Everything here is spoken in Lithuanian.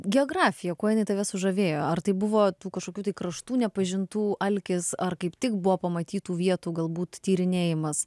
geografija kuo jinai tave sužavėjo ar tai buvo kažkokių tai kraštų nepažintų alkis ar kaip tik buvo pamatytų vietų galbūt tyrinėjimas